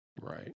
right